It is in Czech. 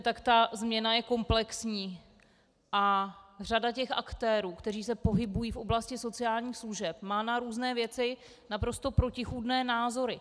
Jak vidíte, změna je komplexní a řada aktérů, kteří se pohybují v oblasti sociálních služeb, má na různé věci naprosto protichůdné názory.